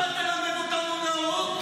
אתה תלמד אותנו נאורות?